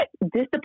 discipline